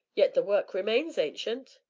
yet the work remains, ancient.